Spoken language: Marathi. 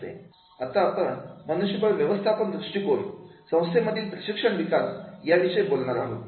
आता आपण मनुष्यबळ व्यवस्थापन दृष्टीकोण संस्थेमधील प्रशिक्षण विकास याविषयी बोलणार आहोत